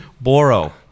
Borrow